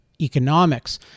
economics